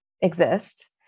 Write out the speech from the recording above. exist